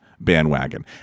bandwagon